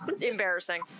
embarrassing